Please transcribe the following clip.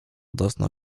doznał